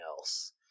else